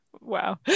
Wow